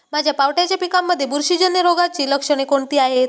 माझ्या पावट्याच्या पिकांमध्ये बुरशीजन्य रोगाची लक्षणे कोणती आहेत?